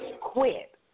quit